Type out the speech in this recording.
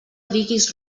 diguis